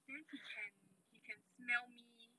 then he can he can smell me